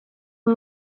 uyu